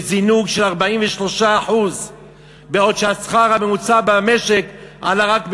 זינוק של 43%. בעוד שהשכר הממוצע במשק עלה רק בכ-10%.